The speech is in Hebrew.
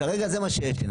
כרגע זה מה שיש לי,